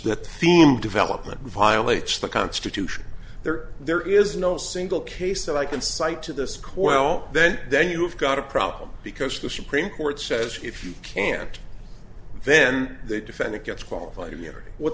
that seemed development violates the constitution there there is no single case that i can cite to this quelle then then you have got a problem because the supreme court says if you can't then they defend it gets qualified